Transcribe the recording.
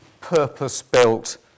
purpose-built